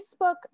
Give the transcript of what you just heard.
Facebook